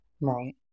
Right